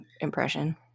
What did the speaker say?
impression